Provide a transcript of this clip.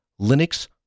Linux